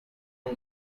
our